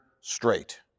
straight